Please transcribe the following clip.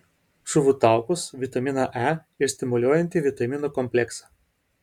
žuvų taukus vitaminą e ir stimuliuojantį vitaminų kompleksą